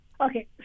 Okay